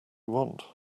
want